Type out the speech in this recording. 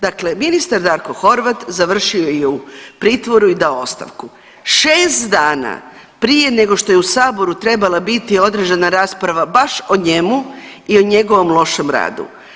Dakle, ministar Darko Horvat završio je u pritvoru i dao ostavku, 6 dana prije nego što je u saboru trebala biti održana rasprava baš o njemu i o njegovom lošem radu.